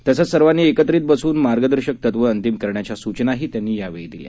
तसंच सर्वांनी एकत्रित बसून मार्गदर्शक तत्वं अंतिम करण्याच्या सूचनाही त्यांनी यावेळी दिल्या